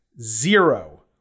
zero